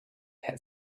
had